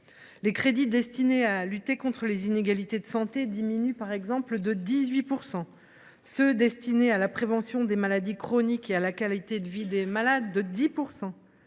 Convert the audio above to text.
les crédits alloués à la lutte contre les inégalités de santé diminuent de 18 %; ceux qui sont destinés à la prévention des maladies chroniques et à la qualité de vie des malades, de 10 %.